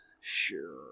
Sure